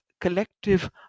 collective